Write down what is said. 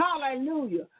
Hallelujah